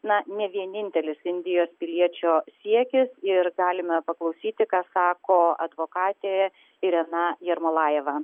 na ne vienintelis indijos piliečio siekis ir galime paklausyti ką sako advokatė irena jermolajeva